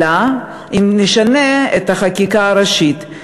אלא אם כן נשנה את החקיקה הראשית.